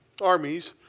armies